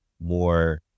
more